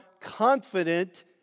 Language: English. confident